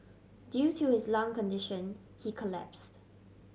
due to his lung condition he collapsed